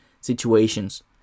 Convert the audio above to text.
situations